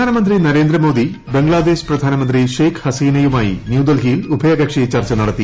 പ്രധാനമന്ത്രി നരേന്ദ്രമോദി പ്രധാനമന്ത്രി ഷെയ്ഖ് ഹസീനയുമായി ന്യൂഡൽഹിയിൽ ഉഭയകക്ഷി ചർച്ച നടത്തി